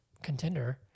contender